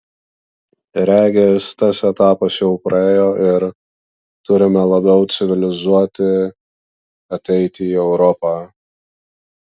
regis tas etapas jau praėjo ir turime labiau civilizuoti ateiti į europą